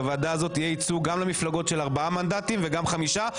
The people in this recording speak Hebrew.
הקמת הוועדה שיהיה ייצוג גם למפלגות של ארבעה מנדטים וגם חמישה.